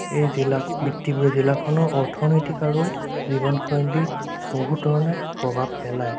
এই জিলাত বৃত্তিবোৰ জিলাখনৰ অৰ্থনৈতিক আৰু জীৱনশৈলী বহুত ধৰণে প্ৰভাৱ পেলায়